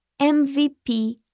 MVP